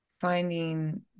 finding